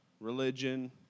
religion